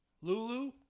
Lulu